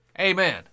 amen